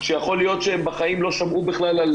שיכול להיות שהם בחיים לא שמעו בכלל על